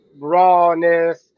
rawness